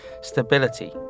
stability